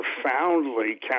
profoundly